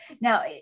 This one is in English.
now